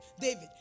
David